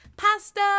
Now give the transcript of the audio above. pasta